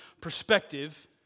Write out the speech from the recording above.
perspective